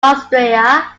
austria